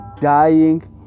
Dying